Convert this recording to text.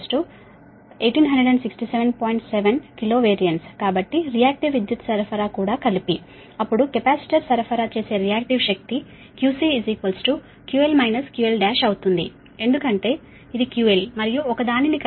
7 kilo VAR కాబట్టి reactive విద్యుత్ సరఫరా కూడా కలిపి అప్పుడు కెపాసిటర్ సరఫరా చేసే రియాక్టివ్ శక్తి QC QL QL1 అవుతుంది ఎందుకంటే ఇది QL మరియు ఒక దానిని కలిపి 1867